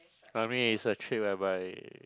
I mean is a trip whereby